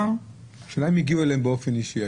השאלה אם הגיעו אליהם באופן אישי.